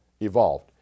evolved